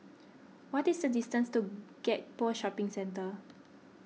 what is the distance to Gek Poh Shopping Centre